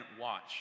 watch